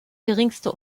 geringste